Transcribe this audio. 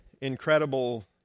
incredible